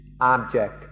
object